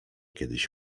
kiedyś